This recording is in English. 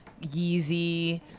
Yeezy